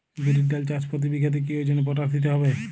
বিরির ডাল চাষ প্রতি বিঘাতে কি ওজনে পটাশ দিতে হবে?